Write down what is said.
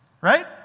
Right